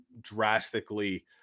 drastically